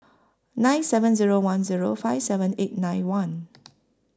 nine seven Zero one zeo five seven eight nine one